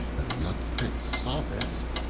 when the young prince saw this,